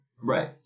Right